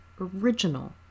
original